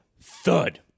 thud